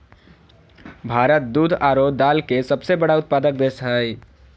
भारत दूध आरो दाल के सबसे बड़ा उत्पादक देश हइ